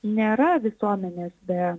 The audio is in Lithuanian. nėra visuomenės be